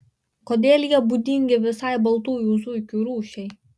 kodėl jie būdingi visai baltųjų zuikių rūšiai